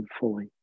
fully